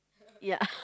ya